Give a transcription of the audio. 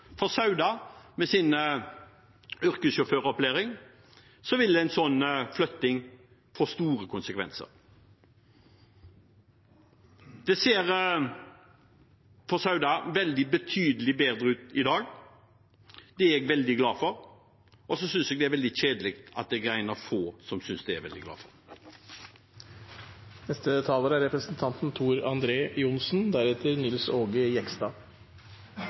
sin yrkessjåføropplæring ville en sånn flytting få store konsekvenser. Det ser for Sauda betydelig bedre ut i dag. Det er jeg veldig glad for, og så synes jeg det er veldig kjedelig at jeg er en av få som synes det er veldig bra. Jeg må si jeg reagerte veldig sterkt på innlegget til representanten